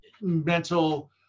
mental